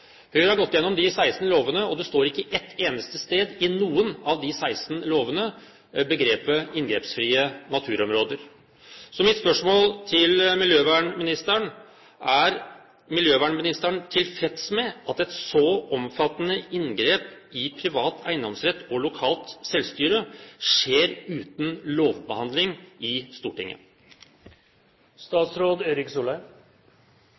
Høyre har gått igjennom disse 16 lovene, og begrepet «inngrepsfrie naturområder» står ikke et eneste sted i noen av de 16 lovene. Så mitt spørsmål til miljøvernministeren er: Er miljøvernministeren tilfreds med at et så omfattende inngrep i privat eiendomsrett og lokalt selvstyre skjer uten lovbehandling i Stortinget?